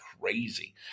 crazy